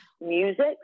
music